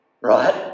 Right